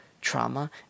trauma